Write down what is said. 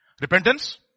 Repentance